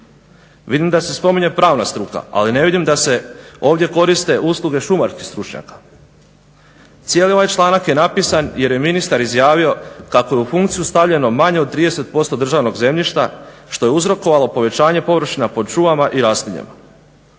Vidim da se spominje pravna struka, ali ne vidim da se ovdje koriste usluge šumarskih stručnjaka. Cijeli ovaj članak je napisan jer je ministar izjavio kako je u funkciju stavljeno manje od 30% državnog zemljišta što je uzrokovalo povećanje površina pod šumama i raslinjem.